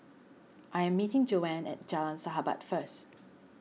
I am meeting Joanne at Jalan Sahabat first